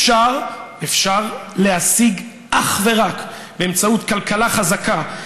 אפשר להשיג אך ורק באמצעות כלכלה חזקה,